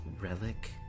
Relic